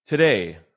Today